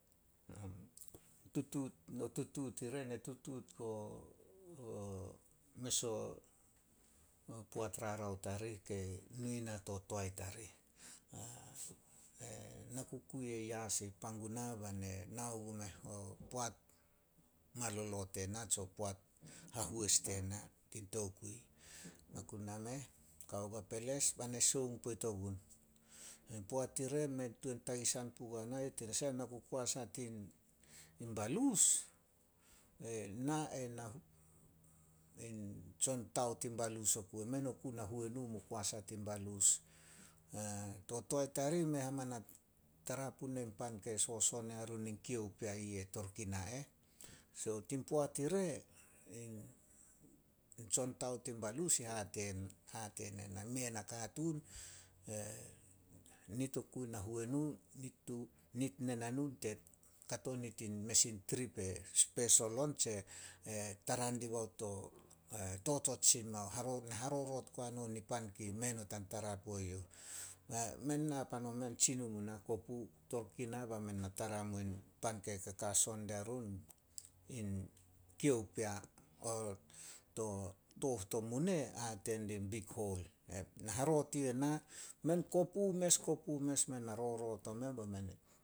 Tutuut, o tutuut ire ne tutuut guo mes poat rarao tarih ke nu ina to toae tarih. Na ku kui ai yas i Panguna be na nao gumeh poat malolo tena tse poat hahois tena tin tokui. Na ku nameh, kao gua peles be na soung poit ogun. Poat ire mei tuan tagisan pugua na youh tanasah na ku koas a tin balus. Na ain tsontao tin balus oku, men oku na huenu men mu koas a tin balus. To toae tarih, mei haman a tara puna pan kei soson yarun in kio pea i eh Torokina eh. So tin poat ire, in tsontao tin balus i hate- hate ne na, mei a nakatuun nit oku nahuenu, te kato nit in mes in trip e spesol on, tse totot sin mao, ne haroroot guai no nipan kei mei not a tara puo youh. Men na pan omen, tsin omunah kopu Torokina be men na tara muin pan ke kakason dia run in kio pea. Bao to tooh to mune, e hate dih, "Big hole." Haroot yuh na, men kopu mes- kopu mes, men na roroot omen be men